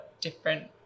different